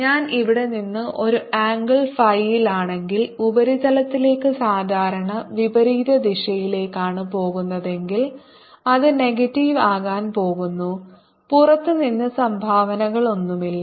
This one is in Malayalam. ഞാൻ ഇവിടെ നിന്ന് ഒരു ആംഗിൾ ഫൈയിലാണെങ്കിൽ ഉപരിതലത്തിലേക്ക് സാധാരണ വിപരീത ദിശയിലേക്കാണ് പോകുന്നതെങ്കിൽ അത് നെഗറ്റീവ് ആകാൻ പോകുന്നു പുറത്തു നിന്ന് സംഭാവനകളൊന്നുമില്ല